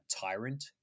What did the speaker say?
tyrant